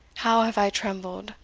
how have i trembled,